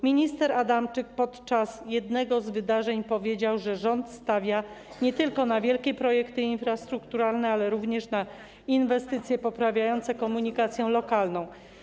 Minister Adamczyk podczas jednego z wydarzeń powiedział, że rząd stawia nie tylko na wielkie projekty infrastrukturalne, ale również na inwestycje poprawiające komunikację lokalną.